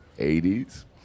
80s